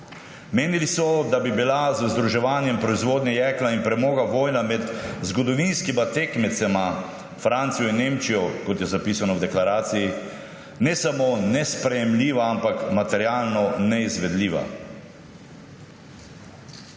Menili so, da bi bila z združevanjem proizvodnje, jekla in premoga vojna med zgodovinskima tekmecema Francijo in Nemčijo, kot je zapisano v deklaraciji, ne samo nesprejemljiva, ampak materialno neizvedljiva.